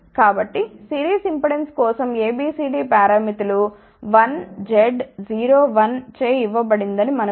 కాబట్టి series impedance కోసం ABCD పారామితులు 1 Z 0 1 చే ఇవ్వబడిందని మనకు తెలుసు